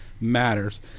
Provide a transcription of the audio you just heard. Matters